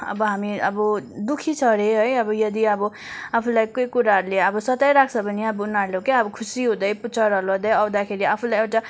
अब हामी अब दु खी छ अरे है यदि अब आफूलाई केही कुराहरूले अब सताइरहेको छ भने उनीहरू क्या अब खुसी हुँदै पुच्छर हल्लाउँदै आउँदाखेरि आफूलाई एउटा